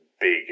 big